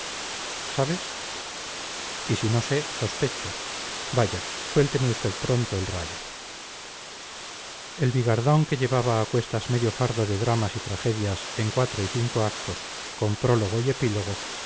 sabes y si no sé sospecho vaya suélteme usted pronto el rayo el bigardón que llevaba a cuestas mediano fardo de dramas y tragedias en cuatro y cinco actos con prólogo y